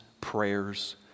prayers